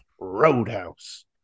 roadhouse